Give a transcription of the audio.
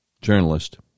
journalist